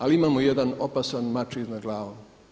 Ali imamo jedan opasan mač iznad glave.